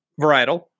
varietal